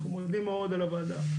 אנחנו מודים מאוד על הוועדה.